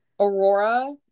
Aurora